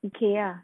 okay ya